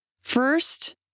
First